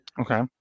Okay